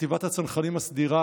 חטיבת הצנחנים הסדירה